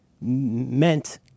meant